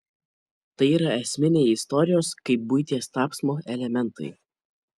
tai yra esminiai istorijos kaip buities tapsmo elementai